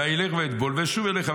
ואלך ואטבול ואשוב אליך.